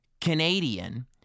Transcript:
Canadian